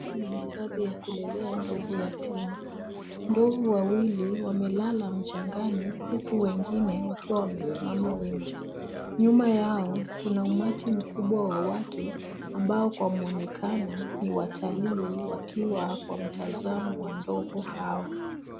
Hapa ni hifadhi ya kulelea ndovu yatima. Ndovu wawili wamelala mchangani huku wengine wakiwa wamesimama wima. Nyuma yao kuna umati mkubwa wa watu ambao kwa mwonekano ni watalii wakiwa kwa mtazamo wa ndovu hao.